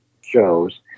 shows